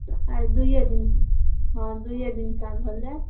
तऽ आइ दूइये दिन हँ दूइये दिनका भेलै